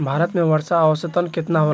भारत में वर्षा औसतन केतना होला?